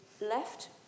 left